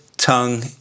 tongue